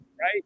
right